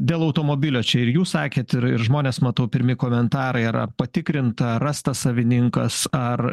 dėl automobilio čia ir jūs sakėt ir ir žmonės matau pirmi komentarai yra patikrinta rastas savininkas ar